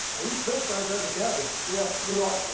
i eat french fries out of the garbage. yeah, you're right.